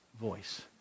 voice